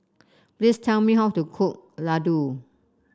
please tell me how to cook Ladoo